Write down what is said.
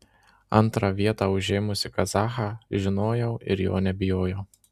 antrą vietą užėmusį kazachą žinojau ir jo nebijojau